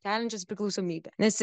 keliančias priklausomybę nes